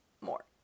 more